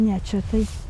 ne čia tai